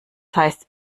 heißt